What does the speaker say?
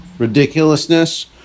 Ridiculousness